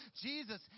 jesus